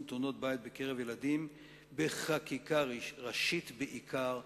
תאונות-בית בקרב ילדים בחקיקה ראשית בעיקר,